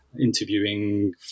interviewing